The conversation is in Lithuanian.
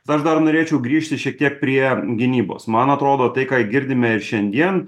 aš dar norėčiau grįžti šiek tiek prie gynybos man atrodo tai ką girdime ir šiandien